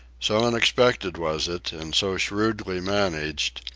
so unexpected was it, and so shrewdly managed,